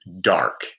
dark